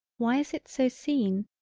why is it so seen.